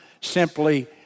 simply